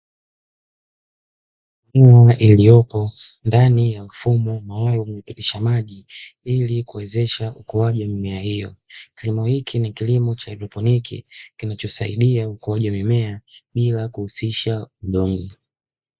Mimea iliyopo ndani ya mfumo maalumu wa kupitisha maji ili kuwezesha ukuaji wa mimea hiyo. Kilimo hiki ni kilimo cha haidroponi kinachosaidia ukuaji wa mimea bila kuhusisha udongo.